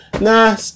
Nah